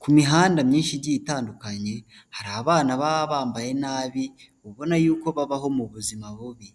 Ku mihanda myinshi igiye itandukanye, hari abana baba bambaye nabi ubona yuko babaho mu buzima bubi,